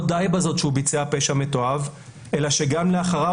לא די בזאת שהוא ביצע פשע מתועב אלא שגם לאחריו